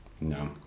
No